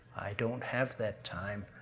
i don't have that time,